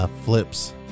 Flips